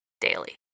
daily